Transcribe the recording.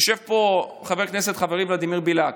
יושב פה חבר כנסת חברי ולדימיר בליאק,